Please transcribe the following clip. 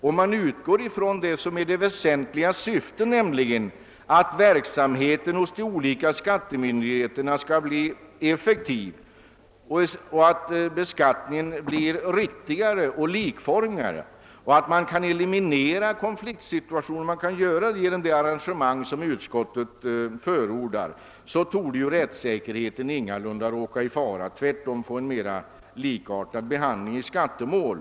Om man utgår från det väsentliga syftet, att verksamheten hos de olika skattemyndigheterna skall bli effektiv och beskattningen riktigare och mer likformig och att man kan eliminera konfliktsituationer genom det arrangemang som utskottet förordar, torde rättssäkerheten ingalunda råka i fara — tvärtom får man en mer likartad behandling av skattemål.